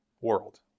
world